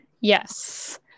yes